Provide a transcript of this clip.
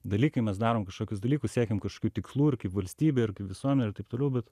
dalykai mes darom kažkokius dalykus siekiam kažkokių tikslų ir kaip valstybė ir kaip visuomenė ir taip toliau bet